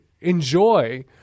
enjoy –